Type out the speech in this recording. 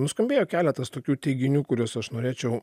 nuskambėjo keletas tokių teiginių kuriuos aš norėčiau